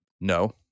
No